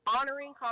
honoring